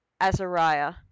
Azariah